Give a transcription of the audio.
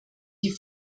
die